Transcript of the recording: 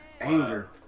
anger